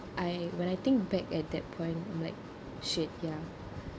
I when I think back at that point I'm like shit ya